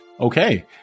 Okay